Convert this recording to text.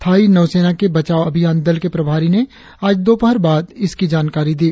Thai नौसेना के बचाव अभियान दल के प्रभारी ने आज दोपहर बाद इसकी जानकारी दी